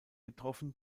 getroffen